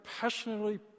passionately